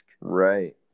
Right